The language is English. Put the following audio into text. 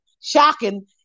shocking